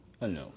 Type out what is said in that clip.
Hello